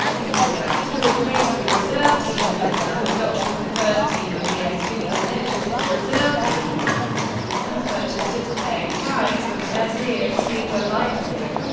in order to replace the reserve team, the club adopted the first team of yeah esv delitzsch as its reserve team and purchased its playing right for the bezirksliga leipzig.